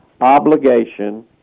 obligation